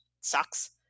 sucks